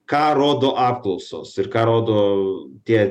ką rodo apklausos ir ką rodo tie